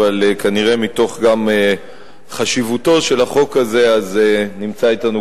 אבל כנראה גם מתוך חשיבותו של החוק הזה נמצאים אתנו